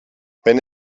wenn